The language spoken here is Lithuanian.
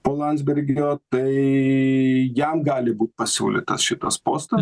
po landsbergio tai jam gali būt pasiūlytas šitas postas